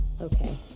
Okay